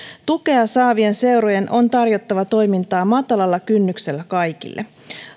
tukea saavien seurojen on tarjottava toimintaa matalalla kynnyksellä kaikille